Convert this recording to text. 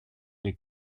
des